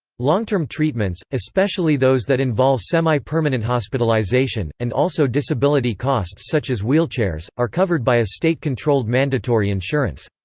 long-term treatments, especially those that involve semi-permanent hospitalisation, and also disability costs such as wheelchairs, are covered by a state-controlled mandatory insurance.